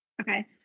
Okay